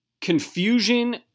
confusion